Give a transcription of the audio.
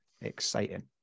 exciting